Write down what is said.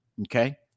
Okay